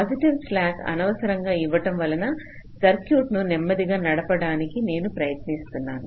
positive slack అనవసరంగా ఇవ్వడం వలన సర్క్యూట్ను నెమ్మదిగా నడపడానికి నేను ప్రయత్నిస్తున్నాను